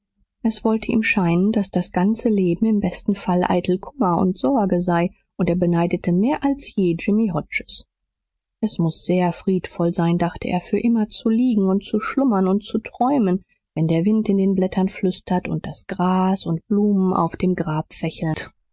es wollte ihm scheinen daß das ganze leben im besten fall eitel kummer und sorge sei und er beneidete mehr als je jimmy hodges es muß sehr friedvoll sein dachte er für immer zu liegen und zu schlummern und zu träumen wenn der wind in den blättern flüstert und gras und blumen auf dem grab fächelt